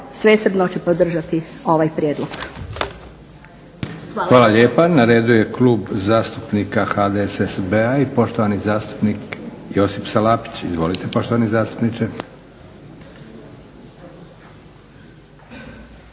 svesrdno će podržati ovaj prijedlog. **Leko, Josip (SDP)** Hvala lijepa. Na redu je Klub zastupnika HDSSB-a i poštovani zastupnik Josip Salapić. Izvolite poštovani zastupniče.